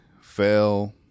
fell